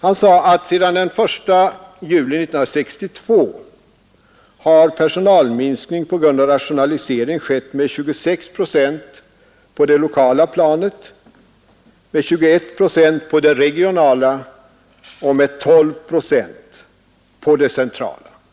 Han sade att sedan den 1 juli 1962 har personalminskning på grund av rationalisering skett med 26 procent på det lokala planet, med 21 procent på det regionala planet och med 12 procent på det centrala planet.